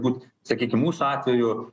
būt sakykim mūsų atveju